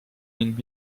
ning